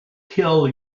kill